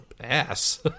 ass